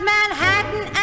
Manhattan